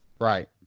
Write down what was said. right